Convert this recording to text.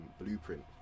Blueprint